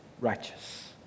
righteous